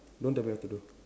don't tell me what to do